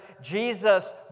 Jesus